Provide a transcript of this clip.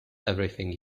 everything